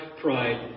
pride